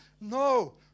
No